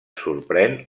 sorprèn